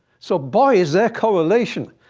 so, boy, is there correlation.